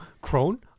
Crone